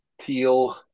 teal